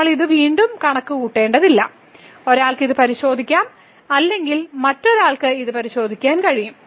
നമ്മൾ ഇത് വീണ്ടും കണക്കുകൂട്ടേണ്ടതില്ല ഒരാൾക്ക് ഇത് പരിശോധിക്കാം അല്ലെങ്കിൽ മറ്റൊരാൾക്ക് ഇത് പരിശോധിക്കാൻ കഴിയും